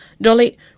Dolly